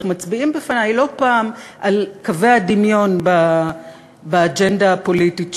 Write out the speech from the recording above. מצביעים בפני לא פעם על קווי הדמיון באג'נדות הפוליטיות שלנו,